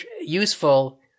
useful